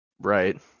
Right